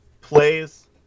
plays